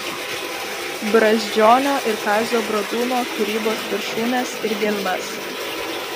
brazdžionio ir kazio bradūno kūrybos viršūnes ir gelmes